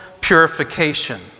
purification